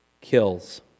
kills